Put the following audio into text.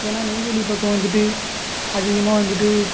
ஏன்னால் நெய்வேலி பக்கம் வந்துட்டு அதிகமாக வந்துட்டு